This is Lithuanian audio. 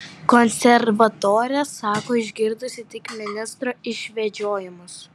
konservatorė sako išgirdusi tik ministro išvedžiojimus